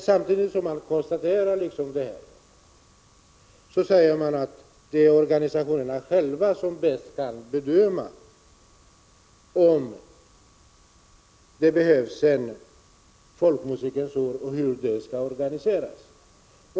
Samtidigt som detta konstateras säger man att organisationerna själva bäst kan bedöma om det behövs ett Folkmusikens år och hur detta skall organiseras.